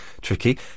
tricky